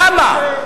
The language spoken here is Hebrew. למה?